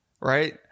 right